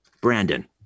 brandon